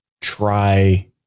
try